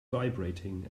vibrating